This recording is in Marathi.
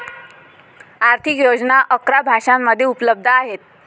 आर्थिक योजना अकरा भाषांमध्ये उपलब्ध आहेत